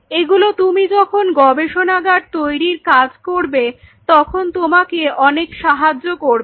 এগুলো তুমি যখন গবেষণাগার তৈরীর কাজ করবে তখন তোমাকে অনেক সাহায্য করবে